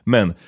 Men